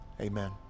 Amen